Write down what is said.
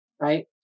right